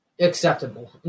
acceptable